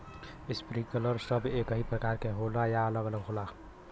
Sprinkler सब एकही प्रकार के होला या अलग अलग होला?